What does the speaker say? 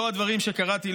לא הדברים שקראתי,